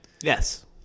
Yes